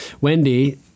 Wendy